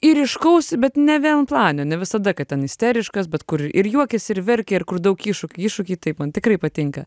ir ryškaus bet nevienplanio nevisada kad ten isteriškas bet kur ir juokiasi ir verkia ir kur daug iššūkių iššūkiai taip man tikrai patinka